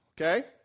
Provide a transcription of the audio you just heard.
okay